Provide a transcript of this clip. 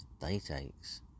day-takes